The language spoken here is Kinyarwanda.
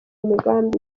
migambi